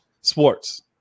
sports